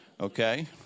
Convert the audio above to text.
Okay